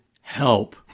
help